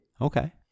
Okay